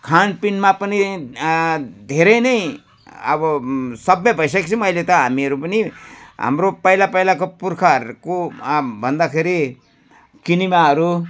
खानपिनमा पनि धेरै नै अब सभ्य भइसकेको छौँ अहिले त हामीहरू पनि हाम्रो पहिला पहिलाको पुर्खाहरूको भन्दाखेरि किनेमाहरू